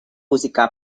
música